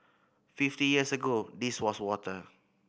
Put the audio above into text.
fifty years ago this was water